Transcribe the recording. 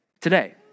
today